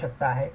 आवश्यकता आहे